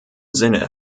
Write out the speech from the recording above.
sinne